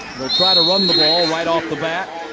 try to run the ball right off the bat.